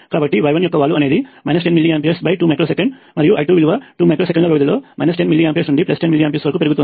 కాబట్టి y1 యొక్క వాలు అనేది 10 మిల్లీ ఆంప్స్ 2 మైక్రో సెకండ్ మరియు I2 విలువ 2 మైక్రో సెకన్ల వ్యవధిలో 10 మిల్లీ ఆంప్స్ నుండి 10 మిల్లీ ఆంప్స్ వరకు పెరుగుతోంది